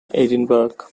edinburgh